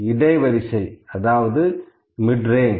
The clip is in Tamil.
இடை வரிசை அதாவது மிட்ரேஞ்ச்